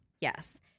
Yes